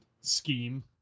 scheme